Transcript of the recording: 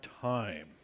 time